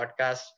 podcast